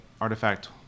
artifact